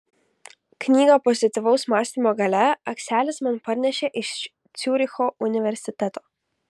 knygą pozityvaus mąstymo galia akselis man parnešė iš ciuricho universiteto